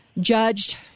judged